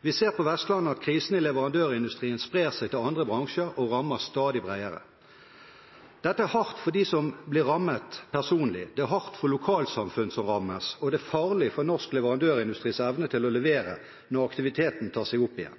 Vi ser på Vestlandet at krisen i leverandørindustrien sprer seg til andre bransjer og rammer stadig bredere. Dette er hardt for dem som blir rammet personlig, det er hardt for lokalsamfunn som rammes, og det er farlig for norsk leverandørindustris evne til å levere når aktiviteten tar seg opp igjen.